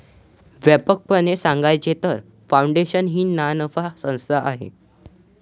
व्यापकपणे सांगायचे तर, फाउंडेशन ही नानफा संस्था आहे